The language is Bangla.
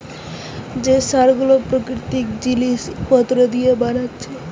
যে সার গুলো প্রাকৃতিক জিলিস পত্র দিয়ে বানাচ্ছে